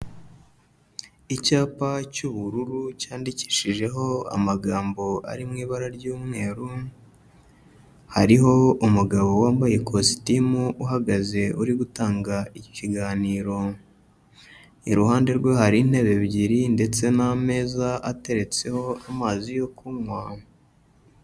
Icyapa cy'ubururu cyandikishijeho amagambo ari mu ibara ry'umweru, hariho umugabo wambaye kositimu uhagaze uri gutanga ikiganiro. Iruhande rwe hari intebe ebyiri ndetse n'ameza ateretseho amazi yo kunywa.